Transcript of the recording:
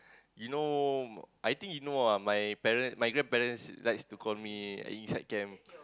you know I think you know ah my parent my grandparents likes to call me inside camp